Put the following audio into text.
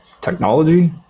technology